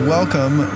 Welcome